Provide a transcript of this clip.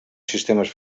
sistemes